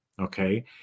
Okay